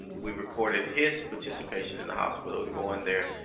we recorded his participation in the hospital and going there,